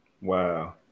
Wow